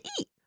eat